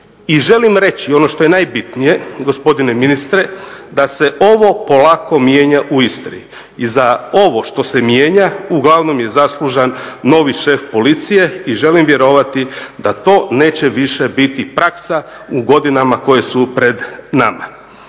I želim reći ono što je najbitnije gospodine ministre da se ovo polako mijenja u Istri. I za ovo što se mijenja uglavnom je zaslužan novi šef policije i želim vjerovati da to neće više biti praksa u godinama koje su pred nama.